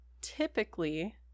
Typically